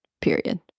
period